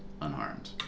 unharmed